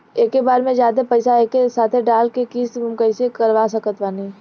एके बार मे जादे पईसा एके साथे डाल के किश्त कम कैसे करवा सकत बानी?